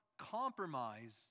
compromise